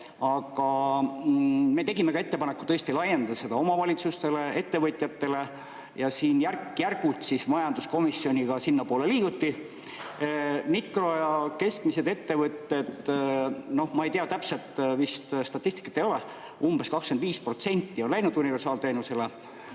Aga me tegime ka ettepaneku laiendada seda omavalitsustele, ettevõtjatele ja järk-järgult majanduskomisjon sinnapoole liikus. Mikro- ja keskmistest ettevõtetest – noh, ma ei tea täpselt, vist statistikat ei ole – umbes 25% on läinud universaalteenusele.